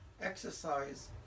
exercise